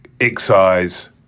excise